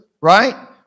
right